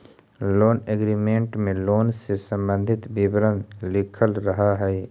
loan agreement में loan से संबंधित विवरण लिखल रहऽ हई